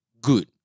good